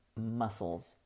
muscles